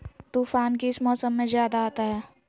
तूफ़ान किस मौसम में ज्यादा आता है?